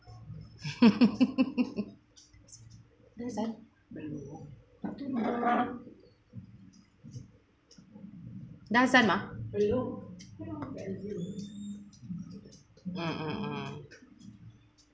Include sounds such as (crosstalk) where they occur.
(laughs)